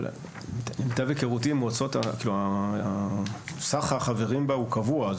למיטב היכרותי עם מועצות, סך החברים בה הוא קבוע.